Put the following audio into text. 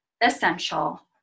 essential